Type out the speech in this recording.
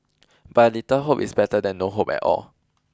but a little hope is better than no hope at all